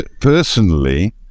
Personally